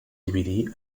dividir